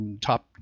top